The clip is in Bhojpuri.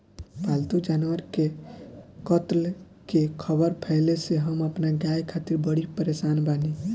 पाल्तु जानवर के कत्ल के ख़बर फैले से हम अपना गाय खातिर बड़ी परेशान बानी